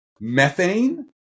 methane